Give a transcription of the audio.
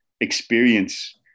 experience